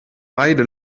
beide